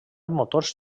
motors